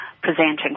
presenting